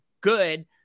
good